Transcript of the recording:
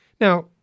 Now